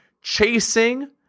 chasing